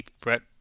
Brett